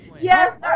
Yes